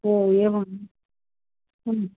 ओ एवम्